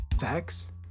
facts